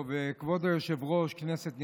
כבוד היושב-ראש, כנסת נכבדה,